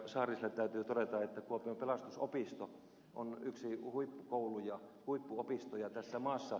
saariselle täytyy todeta että kuopion pelastusopisto on yksi huippukouluista huippuopistoista tässä maassa